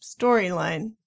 storyline